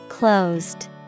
Closed